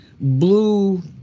blue